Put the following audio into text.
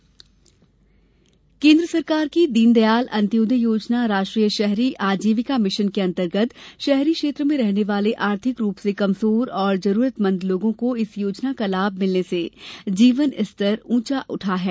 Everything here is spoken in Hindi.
आजीविका मिशन केंद्र सरकार की दीनदयाल अंत्योदय योजना राष्ट्रीय शहरी आजीविका मिशन के अंतर्गत शहरी क्षेत्र में रहने वाले आर्थिक रूप से कमजोर और ज़रुरतमंद लोगों को इस योजना का लाभ मिलने से जीवनस्तर ऊंचा उठा है